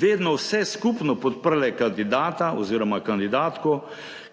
vedno vse skupno podprle kandidata oziroma kandidatko,